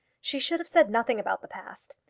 she should have said nothing about the past.